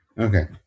okay